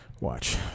watch